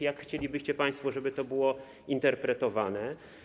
Jak chcielibyście państwo, żeby to było interpretowane?